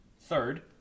Third